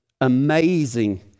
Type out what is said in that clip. amazing